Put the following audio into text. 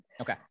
Okay